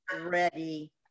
ready